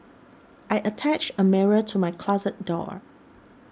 I attached a mirror to my closet door